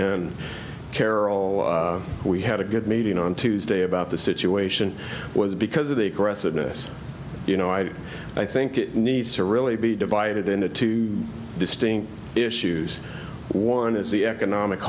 and carol we had a good meeting on tuesday about the situation was because of the aggressiveness you know i i think it needs to really be divided into two distinct issues one is the economic